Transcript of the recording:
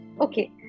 Okay